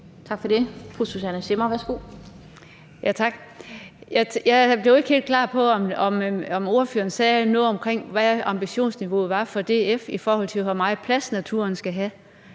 værsgo. Kl. 17:35 Susanne Zimmer (UFG): Tak. Jeg blev ikke helt klar over, om ordføreren sagde noget om, hvad ambitionsniveauet var for DF, i forhold til hvor meget plads naturen skal have.